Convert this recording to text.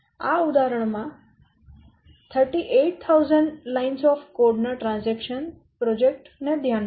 આ ઉદાહરણ માં 38000 કોડ ની લાઇનો ના ટ્રાન્ઝેક્શન પ્રોજેક્ટ ને ધ્યાનમાં લો